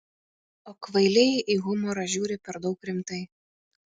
o kvailiai į humorą žiūri per daug rimtai